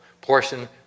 portion